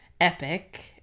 epic